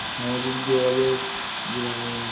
সামাজিক যোগাযোগ যেরকম